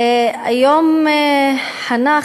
היום חנך